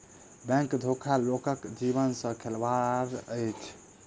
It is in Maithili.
बैंक धोखा लोकक जीवन सॅ खेलबाड़ अछि